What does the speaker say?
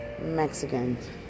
Mexicans